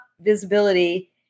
visibility